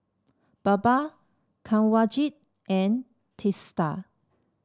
Baba Kanwaljit and Teesta